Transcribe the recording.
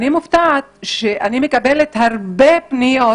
אני מופתעת כי אני מקבלת הרבה פניות